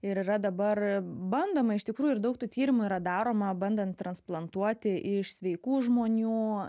ir yra dabar bandoma iš tikrųjų ir daug tų tyrimų yra daroma bandant transplantuoti iš sveikų žmonių